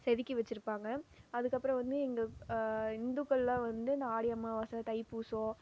செதுக்கி வச்சுருப்பாங்க அதுக்கு அப்புறோம் வந்து இங்கே இந்துக்கள்லாம் வந்து இந்த ஆடி அம்மாவாசை தைப்பூசம்